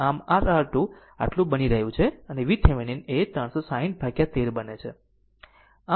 આમ r R2 આટલું બની રહ્યું છે અને VThevenin એ 360 ભાગ્યા ૧૩ બને છે